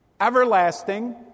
everlasting